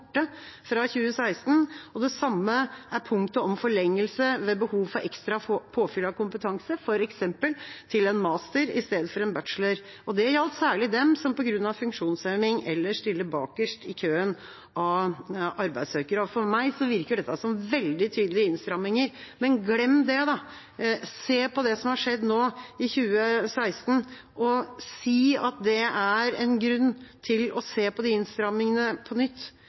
fra 2016. Det samme er punktet om forlengelse ved behov for ekstra påfyll av kompetanse, f.eks. til en master i stedet for en bachelor. Det gjaldt særlig dem som på grunn av funksjonshemming ellers stiller bakerst i køen av arbeidssøkere. For meg virker dette som veldig tydelige innstramminger. Men glem det! Se på det som har skjedd nå, og si at det er en grunn til å se på de innstrammingene på nytt.